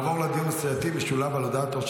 נעבור לדיון סיעתי משולב על הודעת ראש